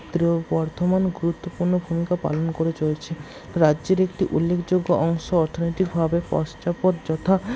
বর্ধমান গুরুত্বপূর্ণ ভূমিকা পালন করে চলেছে রাজ্যের একটি উল্লেখযোগ্য অংশ অর্থনৈতিক ভাবে যথা